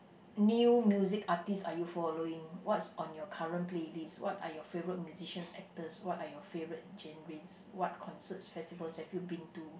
new music artist are you following what's on your current playlist what are your favorite musicians actors what are your favorite genres what concerts festivals have you been to